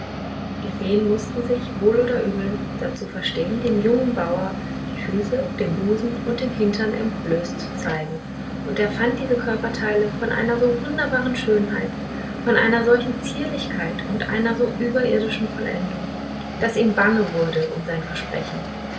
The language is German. die feen mußten sich wohl oder übel dazu verstehen dem jungen bauer die füße den busen und den hintern entblößt zu zeigen und er fand diese körperteile von einer so wunderbaren schönheit von einer solchen zierlichkeit und einer so überirdischen vollendung daß ihm bange wurde um sein versprechen